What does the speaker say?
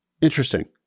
interesting